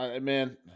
man